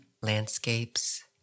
landscapes